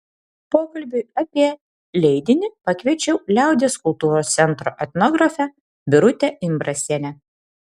pokalbiui apie leidinį pakviečiau liaudies kultūros centro etnografę birutę imbrasienę